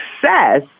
success